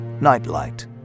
Nightlight